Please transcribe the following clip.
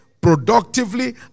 productively